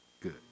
Good